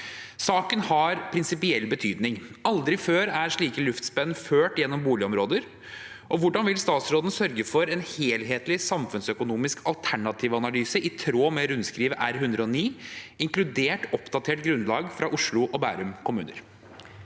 Saken har prinsipiell betydning: Aldri før er slike luftspenn ført gjennom boligområder. Hvordan vil statsråden sørge for en helhetlig samfunnsøkonomisk alternativanalyse i tråd med rundskriv R-109, inkludert oppdatert grunnlag fra Oslo og Bærum kommuner?»